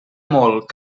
molt